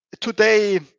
today